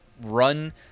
run